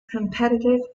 competitive